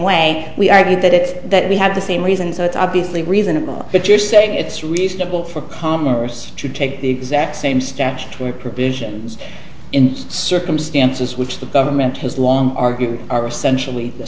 way we argued that it that we have the same reasons it's obviously reasonable that you're saying it's reasonable for commerce to take the exact same statutory provisions in circumstances which the government has long argued are essentially